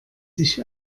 sich